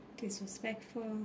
disrespectful